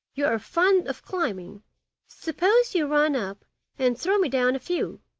you are fond of climbing suppose you run up and throw me down a few.